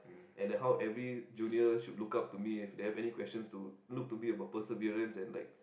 and that how every junior should look up to me if they have any questions to look to me about perseverance and like